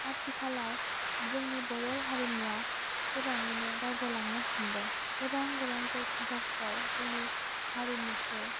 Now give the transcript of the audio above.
आथिखालाव जोंनि बर' हारिमुवा गोबाङैनो दावगालांनो हमदों गोबां गोबां जायगाफ्राव जोंनि हारिमुखौ